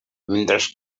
mentre